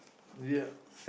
yeah